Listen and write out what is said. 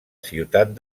ciutat